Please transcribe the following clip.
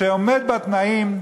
שעומד בתנאים,